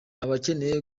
abakeneye